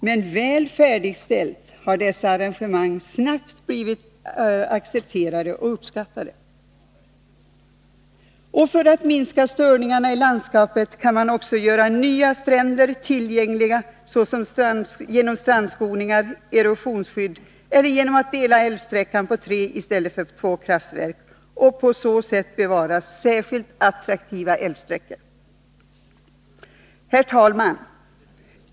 Men väl färdigställda har dessa arrangemang snabbt blivit accepterade och uppskattade. , För att minska störningarna i landskapet kan man också göra nya stränder tillgängliga genom strandskoningar och erosionsskydd eller genom att dela älvsträckan på tre i stället för på två kraftverk och på så sätt bevara särskilt attraktiva älvsträckor. Herr talman!